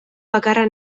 bakarra